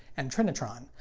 and trinitron.